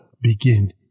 begin